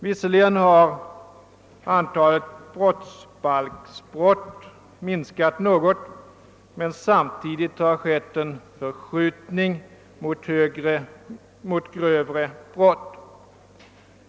Visserligen har antalet brottsbalksbrott minskat något, men samtidigt har det skett en förskjutning mot grövre brott.